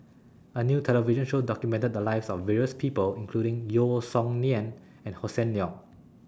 A New television Show documented The Lives of various People including Yeo Song Nian and Hossan Leong